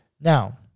Now